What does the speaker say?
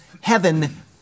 heaven